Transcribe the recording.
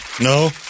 No